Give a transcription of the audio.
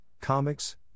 comics